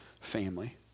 family